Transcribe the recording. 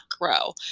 grow